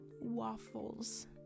waffles